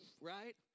right